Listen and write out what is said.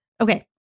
okay